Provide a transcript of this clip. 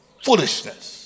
foolishness